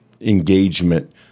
engagement